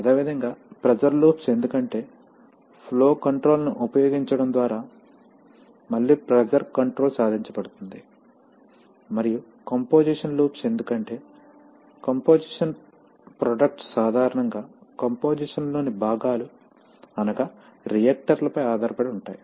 అదేవిధంగా pressure loops ఎందుకంటే flow control ను ఉపయోగించడం ద్వారా మళ్లీ ప్రెషర్ కంట్రోల్ సాధించబడుతుంది మరియు కంపోసిషన్ లూప్స్ ఎందుకంటే కంపోసిషన్ ప్రొడక్ట్స్ సాధారణంగా కంపోసిషన్ లోని భాగాలు అనగా రియాక్టర్ లపై ఆధారపడి ఉంటాయి